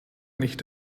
nicht